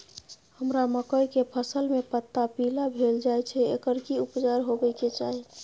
हमरा मकई के फसल में पता पीला भेल जाय छै एकर की उपचार होबय के चाही?